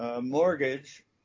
mortgage